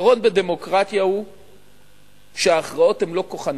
עיקרון בדמוקרטיה הוא שההכרעות הן לא כוחניות.